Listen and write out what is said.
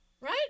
Right